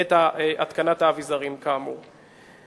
את התקנת האביזרים כאמור.